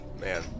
Man